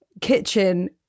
kitchen